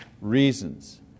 reasons